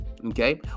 Okay